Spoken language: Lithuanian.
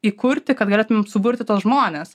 įkurti kad galėtum suburti tuos žmones